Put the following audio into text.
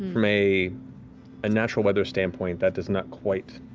from a ah natural weather standpoint, that does not quite